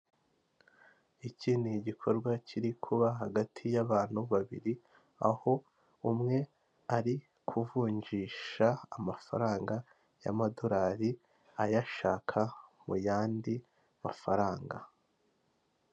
Iki ni igikorwa kiri kuba hagati y'abantu babiri aho umwe ari kuvunjisha amafaranga y'amadolari ayashaka mu yandi mafaranga .